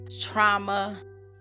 trauma